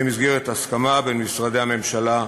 במסגרת הסכמה בין משרדי הממשלה,